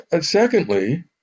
Secondly